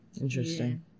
interesting